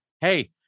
Hey